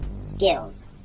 Skills